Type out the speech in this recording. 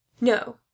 no